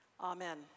Amen